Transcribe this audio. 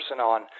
on